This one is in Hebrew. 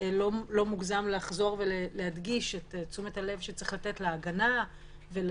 לא מוגזם לחזור ולהדגיש את תשומת הלב שצריך לתת להגנה ולהקשבה